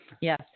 Yes